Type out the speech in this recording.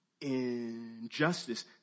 injustice